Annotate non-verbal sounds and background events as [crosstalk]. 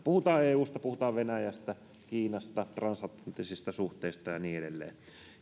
[unintelligible] puhutaan sitten eusta venäjästä kiinasta tai transatlanttisista suhteista ja niin edelleen